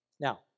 Now